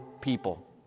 people